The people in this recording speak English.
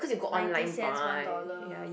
ninety cents one dollar